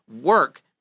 work